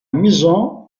maison